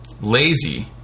lazy